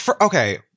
okay